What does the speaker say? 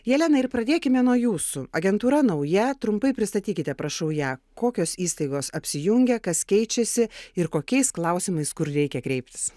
jelena ir pradėkime nuo jūsų agentūra nauja trumpai pristatykite prašau ją kokios įstaigos apsijungia kas keičiasi ir kokiais klausimais kur reikia kreiptis